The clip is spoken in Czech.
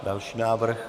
Další návrh.